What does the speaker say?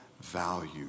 value